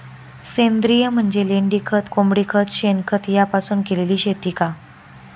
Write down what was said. सेंद्रिय म्हणजे लेंडीखत, कोंबडीखत, शेणखत यापासून केलेली शेती का?